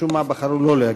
משום מה בחרו לא להגיע.